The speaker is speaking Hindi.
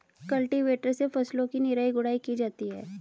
कल्टीवेटर से फसलों की निराई गुड़ाई की जाती है